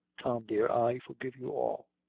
tom, dear i forgive you all!